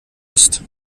ist